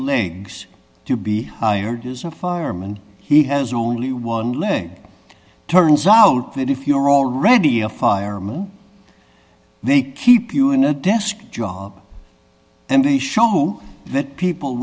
legs to be hired as a fireman he has only one leg turns out that if you are already a fireman they keep you in a desk job and they show that people